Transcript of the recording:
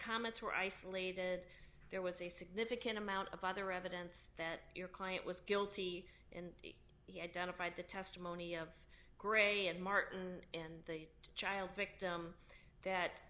comments were isolated there was a significant amount of other evidence that your client was guilty and he identified the testimony of gray and martin in the child victim that